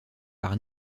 par